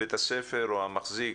בית הספר או המחזיק,